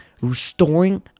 restoring